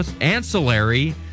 ancillary